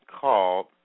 called